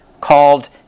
called